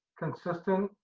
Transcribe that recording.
consistent,